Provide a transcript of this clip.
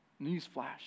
Newsflash